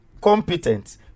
competent